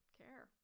care